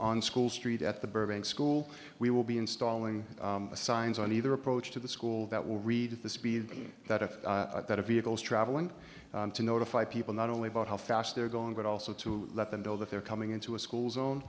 on school street at the burbank school we will be installing signs on either approach to the school that will reduce the speed that if that vehicles traveling to notify people not only about how fast they're going but also to let them know that they're coming into a school zone